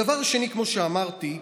הדור השני, כמו שאמרתי,